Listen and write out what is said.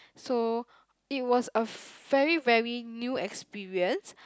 so it was a very very new experience